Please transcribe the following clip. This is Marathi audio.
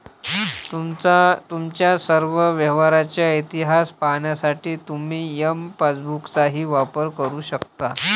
तुमच्या सर्व व्यवहारांचा इतिहास पाहण्यासाठी तुम्ही एम पासबुकचाही वापर करू शकता